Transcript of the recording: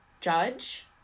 judge